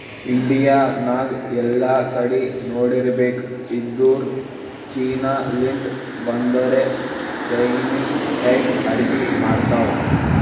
India ನಾಗ್ ಎಲ್ಲಾ ಕಡಿ ನೋಡಿರ್ಬೇಕ್ ಇದ್ದೂರ್ ಚೀನಾ ಲಿಂತ್ ಬಂದೊರೆ ಚೈನಿಸ್ ಟೈಪ್ ಅಡ್ಗಿ ಮಾಡ್ತಾವ್